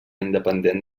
independent